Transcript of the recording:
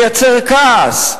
מייצר כעס,